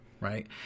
right